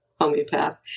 homeopath